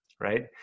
right